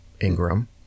ingram